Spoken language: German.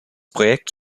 projekt